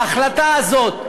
ההחלטה הזאת,